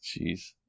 Jeez